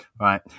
Right